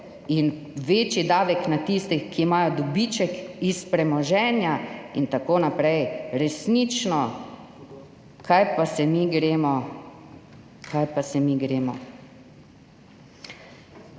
za večji davek na tiste, ki imajo dobiček iz premoženja in tako naprej. Resnično, kaj pa se mi gremo?